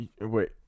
Wait